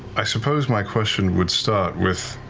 i suppose my question would start with,